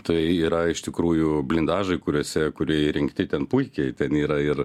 tai yra iš tikrųjų blindažai kuriuose kurie įrengti ten puikiai ten yra ir